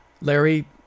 Larry